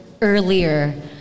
earlier